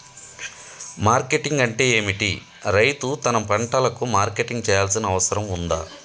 Marketing అంటే ఏమిటి? రైతు తన పంటలకు మార్కెటింగ్ చేయాల్సిన అవసరం ఉందా?